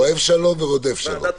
אוהב שלום ורודף שלום.